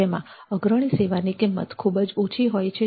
જેમાં અગ્રણી સેવાની કિંમત ખૂબ જ ઓછી હોય છે